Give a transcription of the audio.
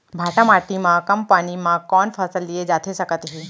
भांठा माटी मा कम पानी मा कौन फसल लिए जाथे सकत हे?